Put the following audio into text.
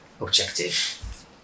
objective